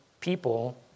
people